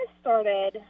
started